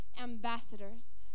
ambassadors